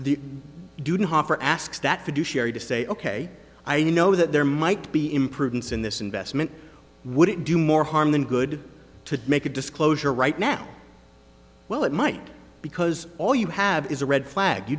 the dude hoffer asks that fiduciary to say ok i know that there might be improvements in this investment would it do more harm than good to make a disclosure right now well it might because all you have is a red flag you